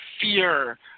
fear